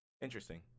interesting